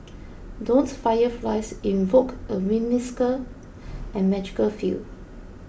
don't fireflies invoke a whimsical and magical feel